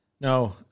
No